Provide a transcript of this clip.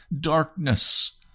darkness